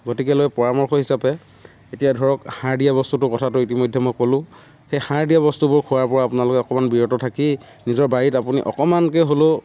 গতিকে লৈ পৰামৰ্শ হিচাপে এতিয়া ধৰক সাৰ দিয়া বস্তুটোৰ কথাটো ইতিমধ্যে মই ক'লোঁ সেই সাৰ দিয়া বস্তুবোৰ খোৱাৰ পৰা আপোনালোকে অকণমান বিৰত থাকি নিজৰ বাৰীত আপুনি অকণমানকে হ'লেও